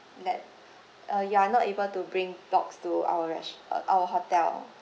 that uh you're not able to bring dogs to our res~ uh our hotel